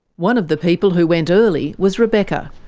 one of the people who went early was rebecca,